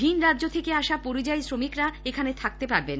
ভিন রাজ্য থেকে আসা পরিযায়ী শ্রমিকরা এখানে থাকতে পারবেন